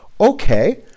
Okay